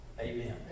amen